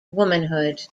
womanhood